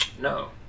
No